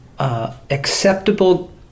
Acceptable